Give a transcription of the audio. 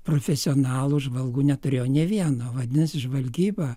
profesionalų žvalgų neturėjo nė vieno vadinasi žvalgyba